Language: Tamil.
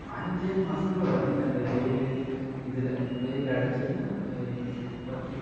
அஞ்சு மாசத்தில் வற்றிட்டு அந்த வெயில் இதில் வெயில் அடிச்சதில் வற்றிட்டு